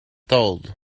told